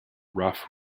rough